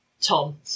Tom